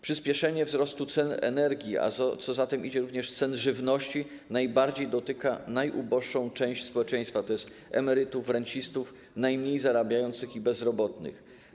Przyspieszenie wzrostu cen energii, a co za tym idzie, również cen żywności najbardziej dotyka najuboższą część społeczeństwa, tj. emerytów, rencistów, najmniej zarabiających i bezrobotnych.